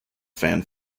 fan